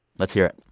let's hear it